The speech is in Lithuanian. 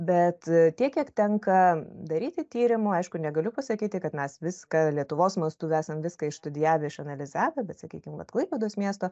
bet tiek kiek tenka daryti tyrimų aišku negaliu pasakyti kad mes viską lietuvos mastu esam viską išstudijavę išanalizavę bet sakykim vat klaipėdos miesto